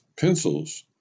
pencils